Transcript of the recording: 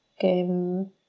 game